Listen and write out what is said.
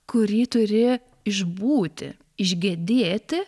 kurį turi išbūti išgedėti